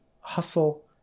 hustle